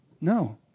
No